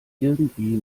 irgendwie